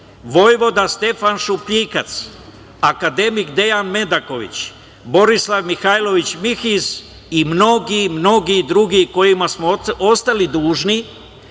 vojvoda Stefan Šupljikac, akademik Dejan Medaković, Borislav Mihajlović Mihiz i mnogi drugi kojima smo ostali dužni